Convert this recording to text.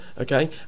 okay